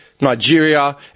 Nigeria